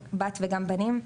בת וגם בנים,